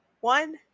One